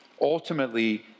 Ultimately